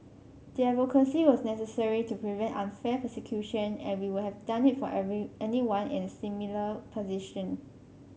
the advocacy was necessary to prevent unfair persecution and we would have done it for every anyone in a similar position